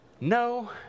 no